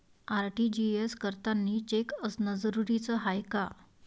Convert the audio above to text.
RTGS करतांनी cheque असनं जरुरीच हाय का?